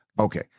okay